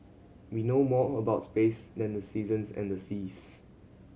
we know more about space than the seasons and the seas